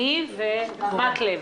אני ומקלב.